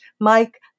Mike